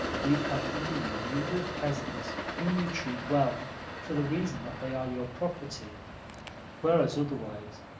you have under you a number of peasants, whom you treat well for the reason that they are your property whereas, otherwise,